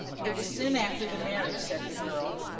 it was soon after the marriage, said the girl.